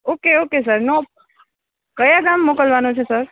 okay okay સરનો ક્યા ગામ મોકલવાનો છે સર